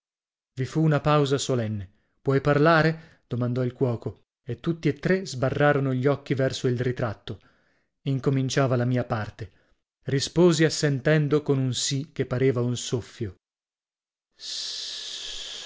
i fu una pausa solenne puoi parlare domandò il cuoco e tutti e tre sbarrarono gli occhi verso il ritratto incominciava la mia parte risposi assentendo con un sì che pareva un soffio